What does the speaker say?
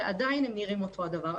ועדיין הם נראים אותו הדבר.